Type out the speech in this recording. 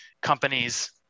companies